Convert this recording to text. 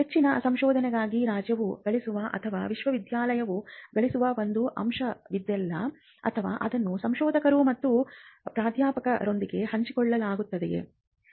ಹೆಚ್ಚಿನ ಸಂಶೋಧನೆಗಾಗಿ ರಾಜ್ಯವು ಗಳಿಸುವ ಅಥವಾ ವಿಶ್ವವಿದ್ಯಾನಿಲಯವು ಗಳಿಸುವ ಒಂದು ಅಂಶವಿದೆಯೇ ಅಥವಾ ಅದನ್ನು ಸಂಶೋಧಕರು ಮತ್ತು ಪ್ರಾಧ್ಯಾಪಕರೊಂದಿಗೆ ಹಂಚಿಕೊಳ್ಳಲಾಗಿದೆಯೇ